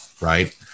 right